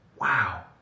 wow